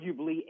arguably